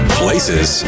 places